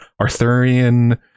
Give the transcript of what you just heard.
Arthurian